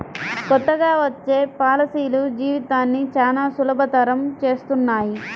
కొత్తగా వచ్చే పాలసీలు జీవితాన్ని చానా సులభతరం చేస్తున్నాయి